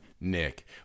Nick